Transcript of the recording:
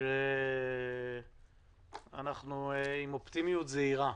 אנחנו עם אופטימיות זהירה.